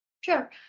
Sure